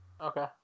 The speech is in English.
okay